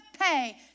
pay